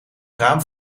raam